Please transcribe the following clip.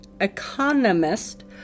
Economist